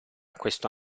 questo